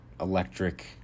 electric